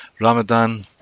Ramadan